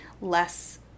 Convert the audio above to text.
less